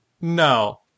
No